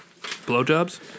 Blowjobs